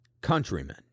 countrymen